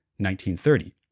1930